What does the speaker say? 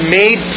made